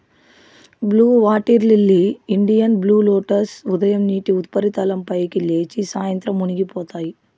blue water lily, Indian blue lotus ఉదయం నీటి ఉపరితలం పైకి లేచి, సాయంత్రం మునిగిపోతాయి